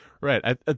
Right